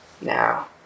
now